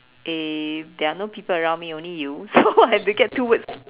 eh there are no people around me but only you so I have to get two words